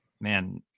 man